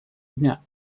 дня